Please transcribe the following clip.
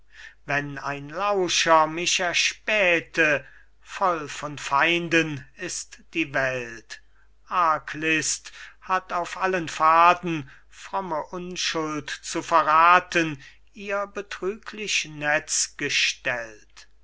wenn ein lauscher mich erspähte voll von feinden ist die welt arglist hat auf allen pfaden fromme unschuld zu verrathen ihr betrüglich netz gestellt